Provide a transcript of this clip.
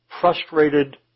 frustrated